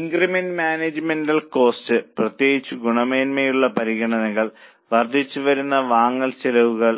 incremental managerial cost പ്രത്യേകിച്ച് ഗുണമേന്മയുള്ള പരിഗണനകൾ വർദ്ധിച്ചുവരുന്ന വാങ്ങൽ ചെലവുകൾ